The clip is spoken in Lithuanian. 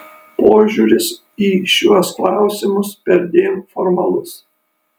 požiūris į šiuos klausimus perdėm formalus